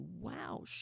wow